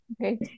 Okay